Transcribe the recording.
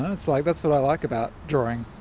that's like that's what i like about drawing.